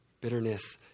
Bitterness